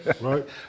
Right